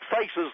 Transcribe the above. faces